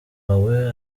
wawe